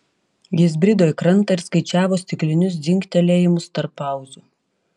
jis brido į krantą ir skaičiavo stiklinius dzingtelėjimus tarp pauzių